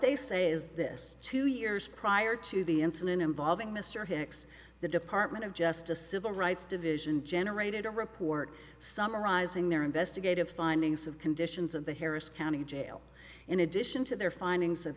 they say is this two years prior to the incident involving mr hicks the department of justice civil rights division generated a report summarizing their investigative findings of conditions of the harris county jail in addition to their findings